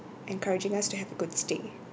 encouraging us to have a good stay